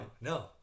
no